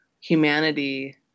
humanity